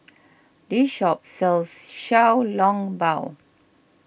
this shop sells Xiao Long Bao